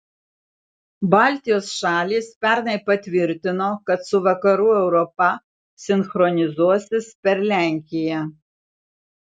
baltijos šalys pernai patvirtino kad su vakarų europa sinchronizuosis per lenkiją